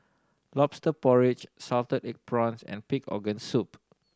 Lobster Porridge salted egg prawns and pig organ soup